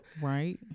Right